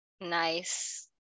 nice